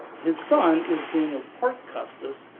his son is daniel parke custis,